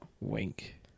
Wink